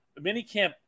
minicamp